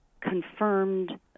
confirmed